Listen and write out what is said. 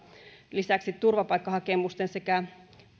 lisäksi turvapaikkahakemusten sekä